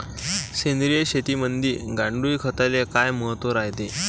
सेंद्रिय शेतीमंदी गांडूळखताले काय महत्त्व रायते?